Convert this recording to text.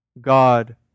God